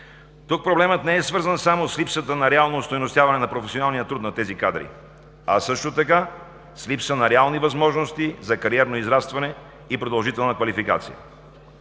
Тук проблемът не е свързан само с липсата на реално остойностяване на професионалния труд на тези кадри, а също така с липса на реални възможности за кариерно израстване и продължителна квалификация.